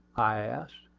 i asked,